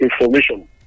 information